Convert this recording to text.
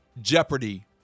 jeopardy